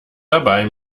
dabei